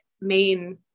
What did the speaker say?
main